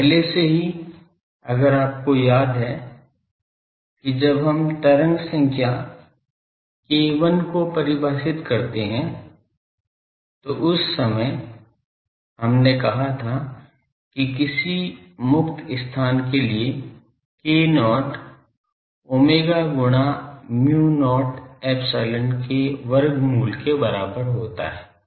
और पहले से ही अगर आपको याद है कि जब हम तरंग संख्या k1 को परिभाषित करते हैं तो उस समय हमने कहा था कि किसी मुक्त स्थान के लिए k0 omegaगुणा μ 0 ϵ के वर्गमूल के बराबर होता है